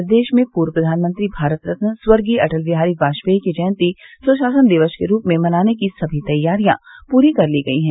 प्रदेश में पूर्व प्रधानमंत्री भारत रत्न स्वर्गीय अटल बिहारो वाजपेई की जयन्ती सुशासन दिवस के रूप में मनाने की सभी तैयारियां पूरी कर ली गई है